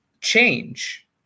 change